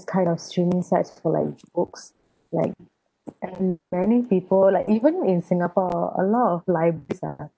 kind of streaming sites for like books like and many people like even in singapore a lot of libraries are